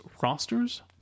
rosters